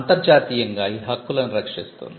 అంతర్జాతీయంగా ఈ హక్కులను రక్షిస్తుంది